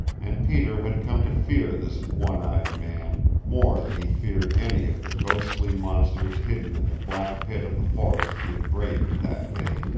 and peter had come to fear this one eyed man more than he feared any of the ghostly monsters hidden in the black pit of the forest he had braved that day.